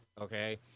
Okay